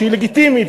שהיא לגיטימית,